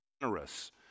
generous